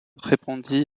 répondit